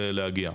להגיע.